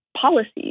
policies